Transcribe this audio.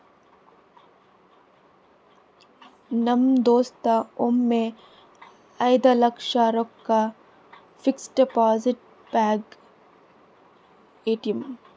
ನಮ್ ದೋಸ್ತ ಒಮ್ಮೆ ಐಯ್ದ ಲಕ್ಷ ರೊಕ್ಕಾ ಫಿಕ್ಸಡ್ ಡೆಪೋಸಿಟ್ನಾಗ್ ಇಟ್ಟಾನ್